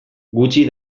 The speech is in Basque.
gutxi